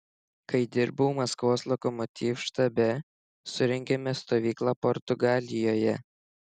kai dirbau maskvos lokomotiv štabe surengėme stovyklą portugalijoje